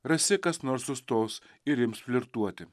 rasi kas nors sustos ir ims flirtuoti